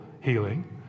healing